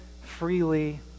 freely